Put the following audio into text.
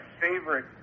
favorite